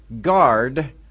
guard